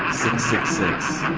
six six